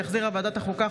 שהחזירה ועדת החוקה,